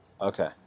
Okay